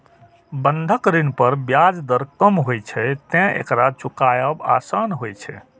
बंधक ऋण पर ब्याज दर कम होइ छैं, तें एकरा चुकायब आसान होइ छै